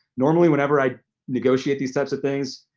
normally, whenever i negotiate these types of things,